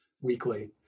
weekly